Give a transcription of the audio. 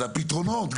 אז הפתרונות,